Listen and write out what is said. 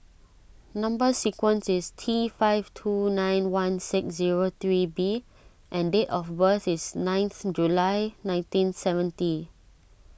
Number Sequence is T five two nine one six zero three B and date of birth is ninth July nineteen seventy